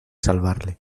salvarle